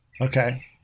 Okay